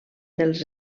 dels